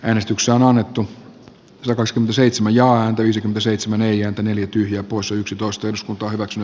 äänestyksiä on annettu kierros mseitsemän ja viisikymmentäseitsemän neljä neljä tyhjää poissa yksitoista jos kuka hyvänsä